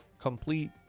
complete